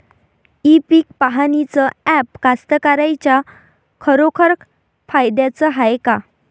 इ पीक पहानीचं ॲप कास्तकाराइच्या खरोखर फायद्याचं हाये का?